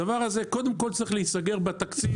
הדבר הזה קודם כל צריך להיסגר בתקציב.